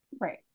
right